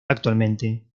actualmente